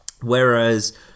Whereas